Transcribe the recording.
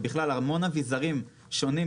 ובכלל המון אביזרים שונים,